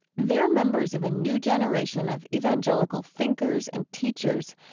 they're members of a new generation of evangelical thinkers and teachers.